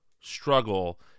struggle